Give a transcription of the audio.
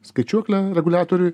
skaičiuoklę reguliatoriui